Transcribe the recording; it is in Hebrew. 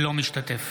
אינו משתתף